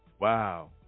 wow